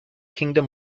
kingdom